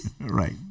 Right